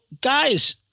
guys